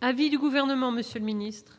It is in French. Quel est l'avis du Gouvernement ? J'insiste